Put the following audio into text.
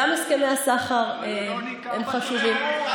גם הסכמי הסחר הם חשובים,